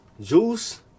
Juice